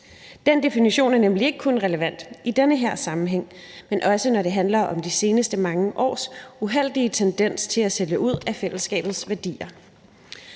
Den definition er nemlig ikke kun relevant i den her sammenhæng, men også når det handler om de seneste mange års uheldige tendens til at sælge ud af fællesskabets værdier.